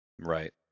Right